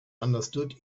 understood